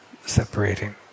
separating